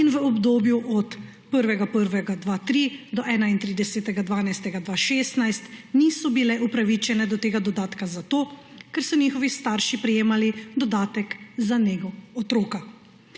in v obdobju od 1. 1. 2003 do 31. 12. 2016 niso bile upravičene do tega dodatka zato, ker so njihovi starši prejemali dodatek za nego otroka.